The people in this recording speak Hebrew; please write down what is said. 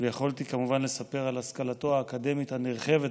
ויכולתי כמובן לספר על השכלתו האקדמית הנרחבת,